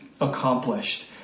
accomplished